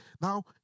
Now